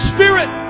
Spirit